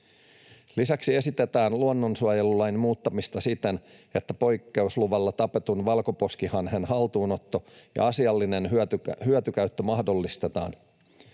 Lisäksi esitetään luonnonsuojelulain muuttamista siten, että poikkeusluvalla tapetun valkoposkihanhen haltuunotto ja asiallinen hyötykäyttö mahdollistetaan.